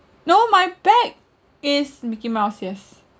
no my bag is mickey mouse yes